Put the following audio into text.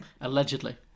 Allegedly